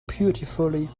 beautifully